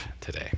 today